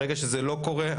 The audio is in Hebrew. ברגע שזה לא קורה,